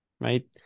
right